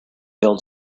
build